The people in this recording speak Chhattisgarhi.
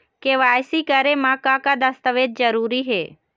के.वाई.सी करे म का का दस्तावेज जरूरी हे?